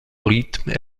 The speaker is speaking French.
rythme